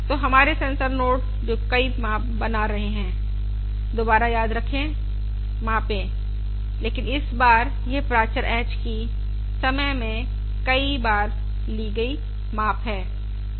तो हमारे sensor node जो कई माप बना रहा है दोबारा याद रखें मापे लेकिन इस बार यह प्राचर h की समय में कई बार ली गई माप है